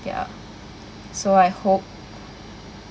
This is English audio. ya so I hope